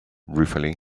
ruefully